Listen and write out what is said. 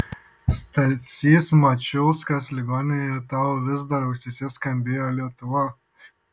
stasys mačiulskas ligoninėje tau vis dar ausyse skambėjo lietuva